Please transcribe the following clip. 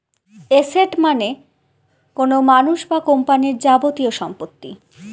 asset মানে কোনো মানুষ বা কোম্পানির যাবতীয় সম্পত্তি